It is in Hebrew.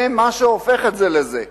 זה מה שהופך את זה לזה.